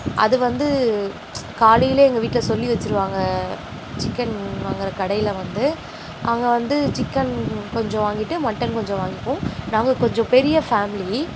அது வந்து காலையிலேயே எங்கள் வீட்டில் சொல்லி வச்சிருவாங்க சிக்கன் வாங்குற கடையில் வந்து அங்கே வந்து சிக்கன் கொஞ்சம் வாங்கிவிட்டு மட்டன் கொஞ்சம் வாங்கிப்போம் நாங்கள் கொஞ்சம் பெரிய ஃபேமிலி